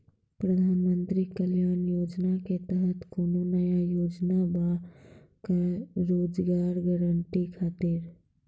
प्रधानमंत्री कल्याण योजना के तहत कोनो नया योजना बा का रोजगार गारंटी खातिर?